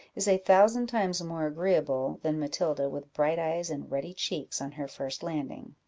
is a thousand times more agreeable than matilda with bright eyes and ruddy cheeks on her first landing.